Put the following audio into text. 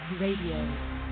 Radio